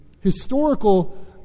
historical